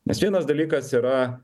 nes vienas dalykas yra